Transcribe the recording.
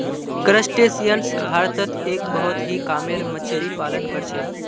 crustaceans भारतत एक बहुत ही कामेर मच्छ्ली पालन कर छे